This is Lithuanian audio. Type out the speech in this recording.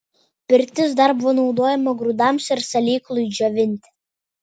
pirtis dar buvo naudojama grūdams ir salyklui džiovinti